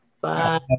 Bye